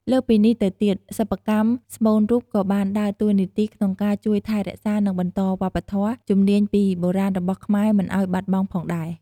លើសពីនេះទៅទៀតសិប្បកម្មស្មូនរូបក៏បានដើរតួនាទីក្នុងការជួយថែរក្សានិងបន្តវប្បធម៌ ជំនាញពីបុរាណរបស់ខ្មែរមិនឲ្យបាត់បង់ផងដែរ។